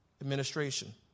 administration